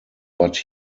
but